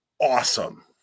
awesome